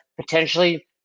potentially